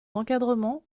d’encadrement